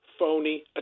phony